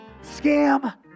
Scam